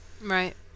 right